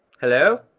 Hello